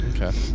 Okay